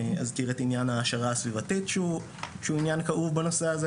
אני אזכיר את עניין ההעשרה הסביבתית שהוא עניין כאוב בנושא הזה,